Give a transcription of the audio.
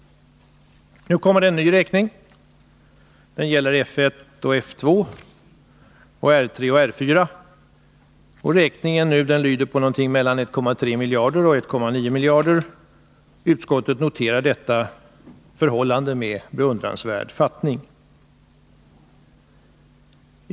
Nu kommer en ny räkning. Den gäller F 1 och F 2 samt R 3 och R 4 och lyder på någonting mellan 1,3 och 1,9 miljarder kronor. Utskottet noterar detta förhållande med beundransvärd fattning.